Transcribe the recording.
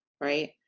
Right